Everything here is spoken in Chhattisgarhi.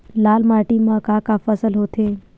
लाल माटी म का का फसल होथे?